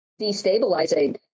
destabilizing